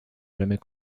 jamais